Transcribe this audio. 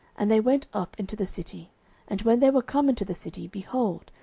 and they went up into the city and when they were come into the city, behold,